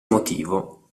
motivo